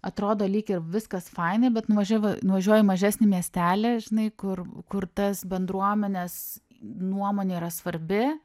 atrodo lyg ir viskas fainai bet nuvažiav nuvažiuoji į mažesnį miestelį žinai kur kur tas bendruomenės nuomonė yra svarbi